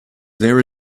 there